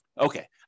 Okay